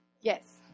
Yes